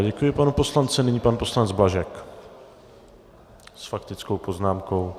Děkuji panu poslanci a nyní pan poslanec Blažek s faktickou poznámkou.